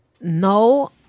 No